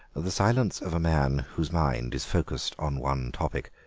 the silence of a man whose mind is focussed on one topic.